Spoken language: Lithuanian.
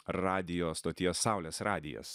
radijo stoties saulės radijas